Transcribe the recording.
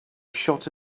shot